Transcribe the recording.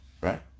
right